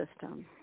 system